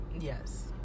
yes